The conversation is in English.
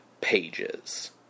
pages